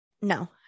No